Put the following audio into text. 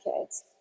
kids